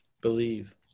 believe